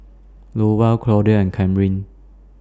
Lowell Claudia and Kamryn